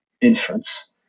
inference